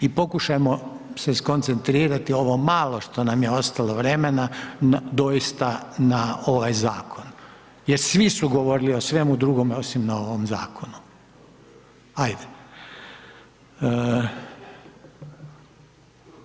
I pokušajmo se skoncentrirati ovo malo što nam je ostalo vremena doista na ovaj zakon jer svi su govorili o svemu drugom osim ovome zakonu, ajde.